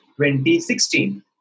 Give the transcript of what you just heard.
2016